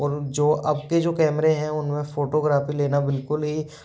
और जो अब के जो कैमरे हैं उन में फ़ोटोग्राफी लेना बिल्कुल ही